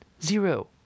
zero